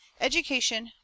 Education